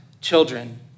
children